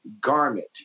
garment